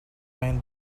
ran